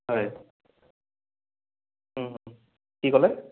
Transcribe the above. হয় কি ক'লে